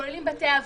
כוללים בתי אבות.